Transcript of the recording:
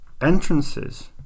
entrances